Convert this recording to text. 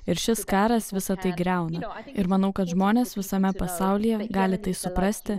ir šis karas visa tai griauna ir manau kad žmonės visame pasaulyje gali tai suprasti